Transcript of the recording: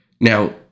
Now